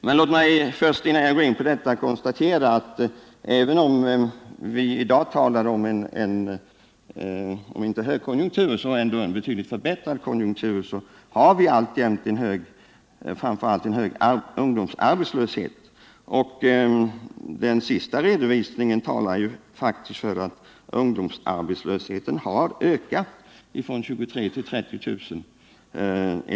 Men låt mig, innan jag går närmare in på detta, konstatera att vi, även om vi i dag talar om kanske inte en högkonjunktur men ändå en betydligt förbättrad konjunktur, alltjämt har en hög arbetslöshet, framför allt en hög ungdomsarbetslöshet. Enligt den senaste undersökningen har faktiskt ungdomsarbetslösheten ökat från 23 000 till 30 000.